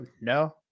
no